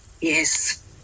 Yes